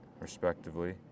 respectively